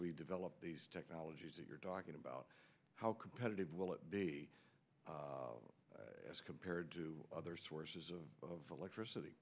we develop these technologies that you're talking about how competitive will it be as compared to other sources of electricity